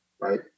right